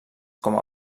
com